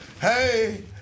Hey